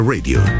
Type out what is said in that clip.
Radio